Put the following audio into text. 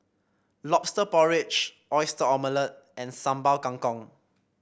lobster porridge Oyster Omelette and Sambal Kangkong